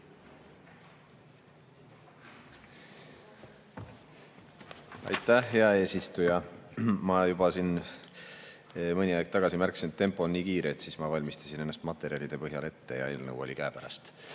Aitäh, hea eesistuja! Ma juba siin mõni aeg tagasi märkasin, et tempo on nii kiire, ma valmistasin ennast materjalide põhjal ette ja eelnõu oli käepärast.